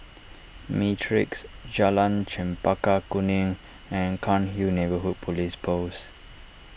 Matrix Jalan Chempaka Kuning and Cairnhill Neighbourhood Police Post